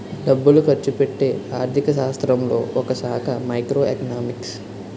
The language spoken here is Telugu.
డబ్బులు ఖర్చుపెట్టే ఆర్థిక శాస్త్రంలో ఒకశాఖ మైక్రో ఎకనామిక్స్